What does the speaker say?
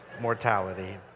mortality